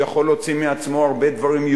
והוא יכול להוציא מעצמו הרבה יותר דברים,